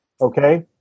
Okay